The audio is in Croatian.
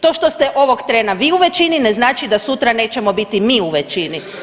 To što ste ovog trena vi u većini ne znači da sutra nećemo biti mi u većini.